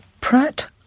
Pratt